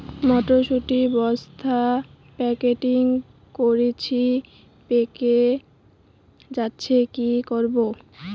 মটর শুটি বস্তা প্যাকেটিং করেছি পেকে যাচ্ছে কি করব?